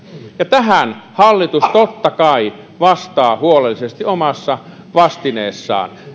ja tähän hallitus totta kai vastaa huolellisesti omassa vastineessaan